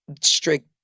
strict